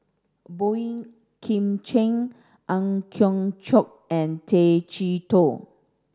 Boey Kim Cheng Ang Hiong Chiok and Tay Chee Toh